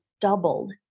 doubled